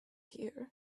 here